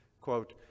quote